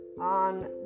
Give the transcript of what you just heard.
on